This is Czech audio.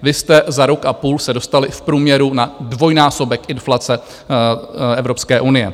Vy jste se za rok a půl dostali v průměru na dvojnásobek inflace Evropské unie.